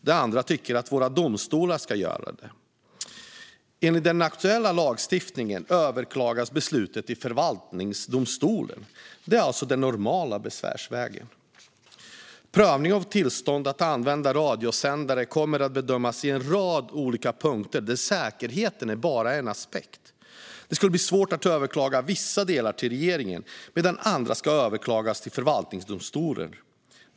Den andra tycker att våra domstolar ska göra det. Enligt den aktuella lagstiftningen överklagas beslut till förvaltningsdomstolen. Det är alltså den normala besvärsvägen. Prövningen av tillstånd att använda radiosändare kommer att bedömas i en rad olika punkter där säkerheten bara är en aspekt. Det skulle bli svårt att överklaga vissa delar till regeringen, medan andra skulle överklagas till förvaltningsdomstolen.